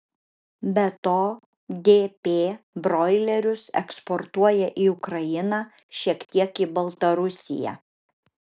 be to dp broilerius eksportuoja į ukrainą šiek tiek į baltarusiją